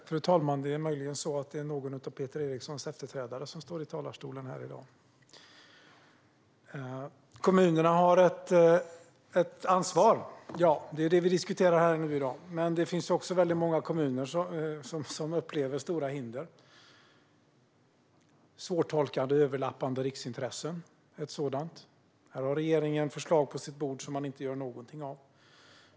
Fru talman! Det är möjligen någon av Peter Erikssons efterträdare som står i talarstolen här i dag. Kommunerna har ett ansvar. Det är det vi diskuterar här i dag. Men det är också många kommuner som upplever stora hinder. Svårtolkade överlappande riksintressen är ett sådant. Där har regeringen förslag på sitt bord som man inte gör någonting av.